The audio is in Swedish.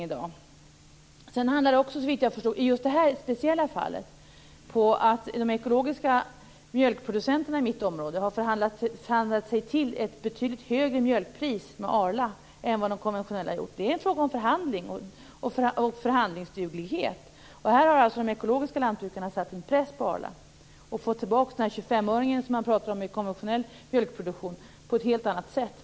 Såvitt jag förstår handlar det i det här speciella fallet om att de mjölkproducenter i mitt område som bedriver ekologiskt jordbruk har förhandlat sig till ett betydligt högre mjölkpris av Arla än vad de konventionella producenterna har gjort. Det är en fråga om förhandling och förhandlingsduglighet. Här har de ekologiska lantbrukarna satt en press på Arla och fått tillbaka den 25-öring man talar om i konventionell mjölkproduktion på ett helt annat sätt.